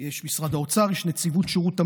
יש משרד האוצר, יש נציבות שירות המדינה.